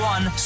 One